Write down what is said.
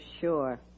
sure